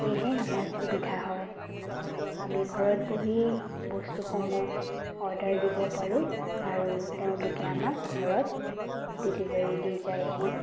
সেয়েহে আমাৰ সুবিধা হয় আমি ঘৰত বহিয়েই বস্তুসমূহ অৰ্ডাৰ দিব পাৰোঁ আৰু তেওঁলোকে আমাক ঘৰত ডেলিভাৰী দি যায়হি